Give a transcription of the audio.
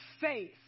faith